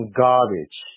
garbage